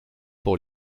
pour